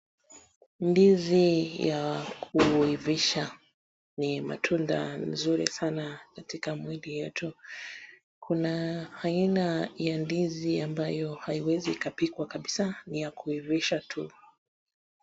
Ndizi ya kuivisha ni matunda mzuri sana katika mwili yetu, kuna aina ya ndizi ambayo haiwezi ikapikwa kabisa ni ya kuivisha tu.